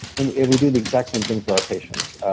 and we and we do the exact same thing for our patients.